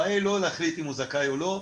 הבעיה היא לא להחליט אם הוא זכאי או לא,